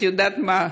את יודעת מה?